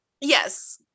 Yes